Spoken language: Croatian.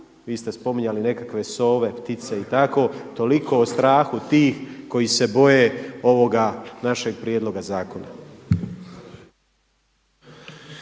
vi ste spominjali nekakve sove, ptice i tako, toliko o strahu tih koji se boje ovoga našeg prijedloga zakona.